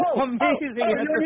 amazing